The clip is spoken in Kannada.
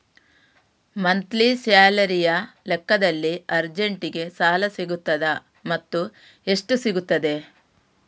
ಮಂತ್ಲಿ ಸ್ಯಾಲರಿಯ ಲೆಕ್ಕದಲ್ಲಿ ಅರ್ಜೆಂಟಿಗೆ ಸಾಲ ಸಿಗುತ್ತದಾ ಮತ್ತುಎಷ್ಟು ಸಿಗುತ್ತದೆ?